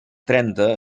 trenta